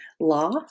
law